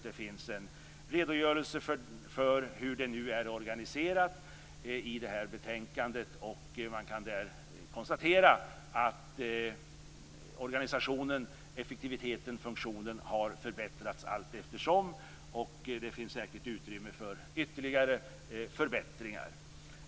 Det finns en redogörelse i betänkandet för hur det nu är organiserat, och man kan där konstatera att organisationen, effektiviteten och funktionen har förbättrats allteftersom. Men det finns säkert utrymme för ytterligare förbättringar.